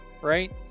right